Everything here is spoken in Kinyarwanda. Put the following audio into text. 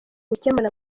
gukemura